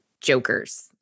jokers